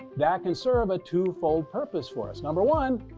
that can serve a twofold purpose for us. number one,